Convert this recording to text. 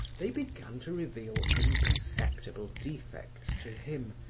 they began to reveal imperceptible defects to him,